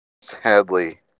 Sadly